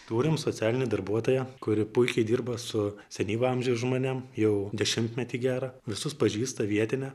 turim socialinę darbuotoją kuri puikiai dirba su senyvo amžiaus žmonėm jau dešimtmetį gerą visus pažįsta vietinė